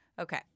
Okay